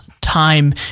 time